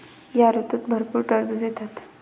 या ऋतूत भरपूर टरबूज येतात